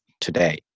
today